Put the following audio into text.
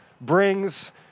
brings